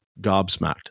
gobsmacked